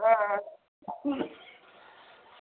হ্যাঁ